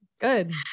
good